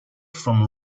from